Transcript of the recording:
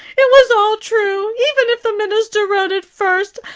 it was all true, even if the minister wrote it first.